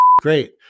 great